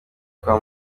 kwa